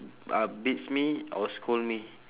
uh beats me or scold me